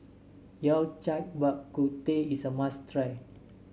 Yao Cai Bak Kut Teh is a must try